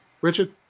Richard